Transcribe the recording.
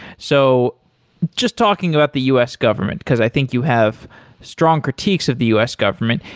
so just talking about the us government, because i think you have strong critiques of the us government.